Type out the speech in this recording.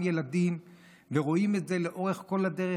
ילדים ורואים את זה לאורך כל הדרך.